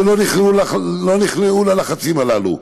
שלא נכנעו ללחצים הללו.